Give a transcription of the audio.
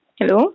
Hello